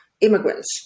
immigrants